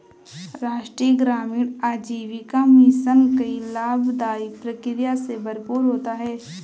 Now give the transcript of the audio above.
राष्ट्रीय ग्रामीण आजीविका मिशन कई लाभदाई प्रक्रिया से भरपूर होता है